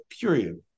period